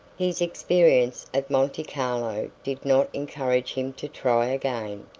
his experience at monte carlo did not encourage him to try again,